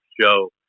show